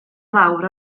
lawr